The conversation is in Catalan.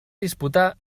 disputar